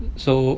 so